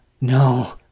No